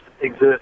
exist